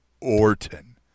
Orton